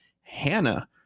Hannah